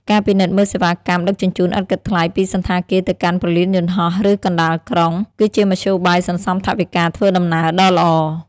ការពិនិត្យមើលសេវាកម្មដឹកជញ្ជូនឥតគិតថ្លៃពីសណ្ឋាគារទៅកាន់ព្រលានយន្តហោះ ឬកណ្តាលក្រុង គឺជាមធ្យោបាយសន្សំថវិកាធ្វើដំណើរដ៏ល្អ។